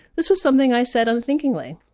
this was something i said unthinkingly.